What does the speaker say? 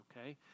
okay